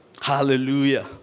Hallelujah